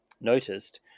noticed